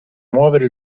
muovere